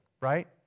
right